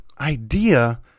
idea